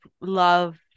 love